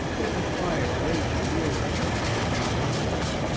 they imply a great deal of thinking about others.